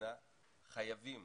כמדינה חייבים